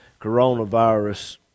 coronavirus